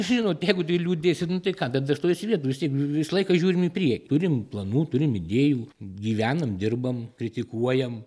žinot jeigu tu liūdėsi nu tai ką bet dar stovėsi vietoj vis tiek visą laiką žiūrim į priekį turim planų turim idėjų gyvenam dirbam kritikuojam